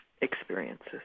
experiences